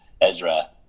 Ezra